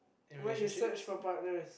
when you search for partners